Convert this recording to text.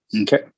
Okay